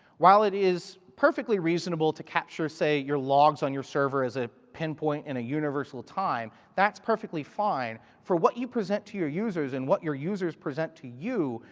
while it is perfectly reasonable to capture, say, your logs on your servers and ah pinpoint in a universal time, that's perfectly fine. for what you present to your users and what your users present to you,